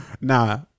Nah